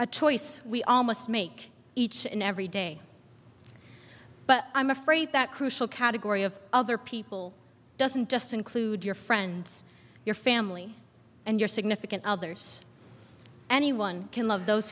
a choice we all must make each and every day but i'm afraid that crucial category of other people doesn't just include your friends your family and your significant others anyone can love those